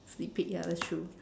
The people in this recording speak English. sneak peek ya that's true